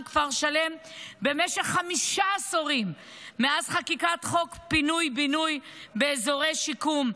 כפר שלם במשך חמישה עשורים מאז חקיקת חוק פינו-בינוי באזורי שיקום,